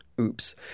oops